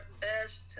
best